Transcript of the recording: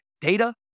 data